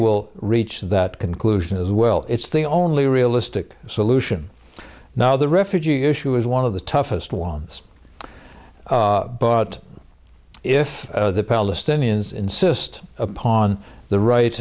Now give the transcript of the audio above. will reach that conclusion as well it's the only realistic solution now the refugee issue is one of the toughest ones but if the palestinians insist upon the rights